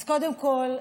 אז קודם כול,